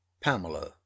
Pamela